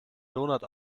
donut